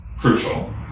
crucial